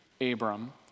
Abram